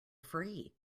free